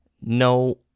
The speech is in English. no